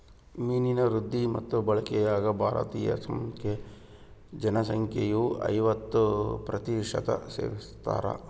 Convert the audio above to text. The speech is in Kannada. ಮೀನಿನ ವೃದ್ಧಿ ಮತ್ತು ಬಳಕೆಯಾಗ ಭಾರತೀದ ಜನಸಂಖ್ಯೆಯು ಐವತ್ತು ಪ್ರತಿಶತ ಸೇವಿಸ್ತಾರ